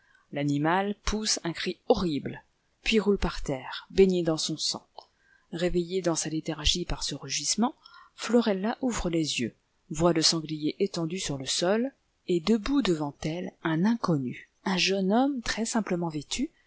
l'animal pousse un cri horrible puis roule par terre baigné dans son sang réveillée dans sa léthargie par ce rugissement florella ouvre les yeux voit le sanglier étendu sur le sol et debout devant elle un inconnu un jeune homme très-simplement vêtu